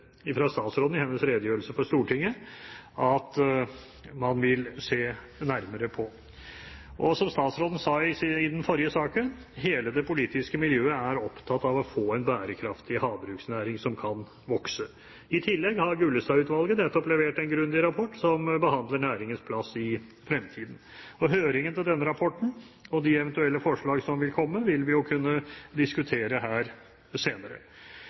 i hennes redegjørelse for Stortinget at man vil se nærmere på. Som statsråden sa i den forrige saken: Hele det politiske miljøet er opptatt av å få en bærekraftig havbruksnæring som kan vokse. I tillegg har Gullestad-utvalget nettopp levert en grundig rapport som behandler næringens plass i fremtiden. Høringen til denne rapporten og de eventuelle forslag som vil komme, vil vi jo kunne diskutere her senere.